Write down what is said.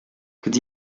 good